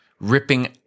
ripping